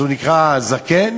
אז הוא נקרא זקן?